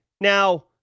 Now